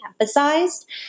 emphasized